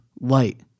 light